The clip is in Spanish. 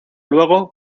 luego